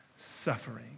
suffering